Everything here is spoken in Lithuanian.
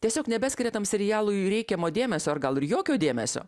tiesiog nebeskiria tam serialui reikiamo dėmesio ar gal ir jokio dėmesio